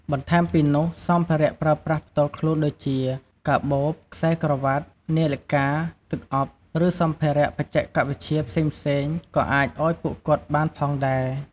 បន្ថែមពីនោះសម្ភារៈប្រើប្រាស់ផ្ទាល់ខ្លួនដូចជា កាបូប ខ្សែក្រវ៉ាត់ នាឡិកា ទឹកអប់ ឬសម្ភារៈបច្ចេកវិទ្យាផ្សេងៗក៏អាចឲ្យពួកគាត់បានផងដែរ។